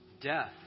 death